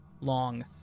long